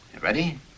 Ready